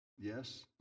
Yes